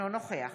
אינו נוכח